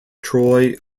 troy